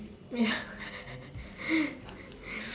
ya